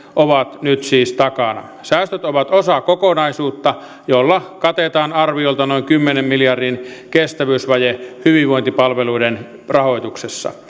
ovat nyt siis takana säästöt ovat osa kokonaisuutta jolla katetaan arviolta noin kymmenen miljardin kestävyysvaje hyvinvointipalveluiden rahoituksessa